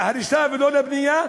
להריסה ולא לבנייה,